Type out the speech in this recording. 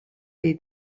dei